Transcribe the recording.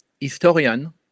historian